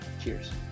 Cheers